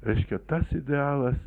reiškia tas idealas